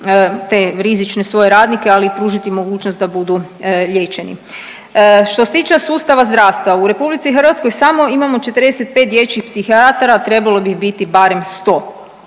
te rizične svoje radnike, ali i pružiti mogućnost da budu liječeni. Što se tiče sustava zdravstva, u RH samo imamo 45 dječjih psihijatara, a trebalo bi ih biti barem 100,